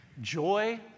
Joy